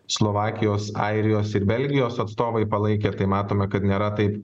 slovakijos airijos ir belgijos atstovai palaikė tai matome kad nėra taip